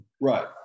right